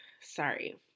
Sorry